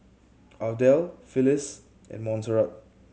Ardelle Phylis and Monserrat